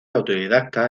autodidacta